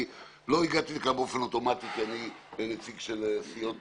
אני לא הגעתי לכאן באופן אוטומטי כנציג של סיעות